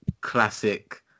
classic